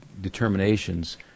determinations